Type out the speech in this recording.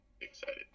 excited